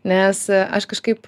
nes aš kažkaip